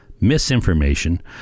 Misinformation